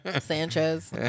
Sanchez